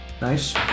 Nice